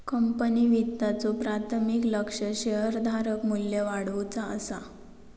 company वित्ताचे प्राथमिक लक्ष्य शेअरधारक मू्ल्य वाढवुचा असा